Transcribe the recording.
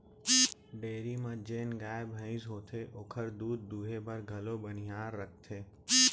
dairy म जेन गाय भईंस होथे ओकर दूद दुहे बर घलौ बनिहार रखथें